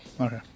Okay